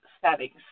settings